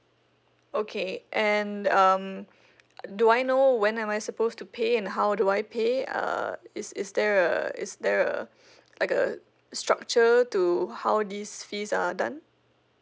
okay and um do I know when am I supposed to pay and how do I pay uh is is there a is there a like a structure to how these fees are done